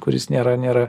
kuris nėra nėra